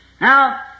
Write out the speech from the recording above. Now